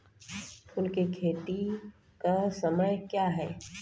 फुल की खेती का समय क्या हैं?